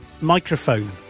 microphone